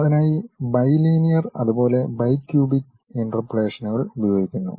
അതിനായി ബൈലീനിയർ അതുപോലെ ബൈക്യുബിക് ഇന്റർപോളേഷനുകൾ ഉപയോഗിക്കുന്നു